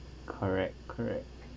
correct correct